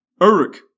Eric